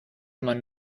man